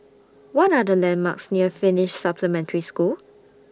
What Are The landmarks near Finnish Supplementary School